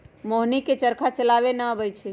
मोहिनी के चरखा चलावे न अबई छई